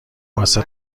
واسه